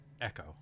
echo